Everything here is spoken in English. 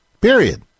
Period